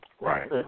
Right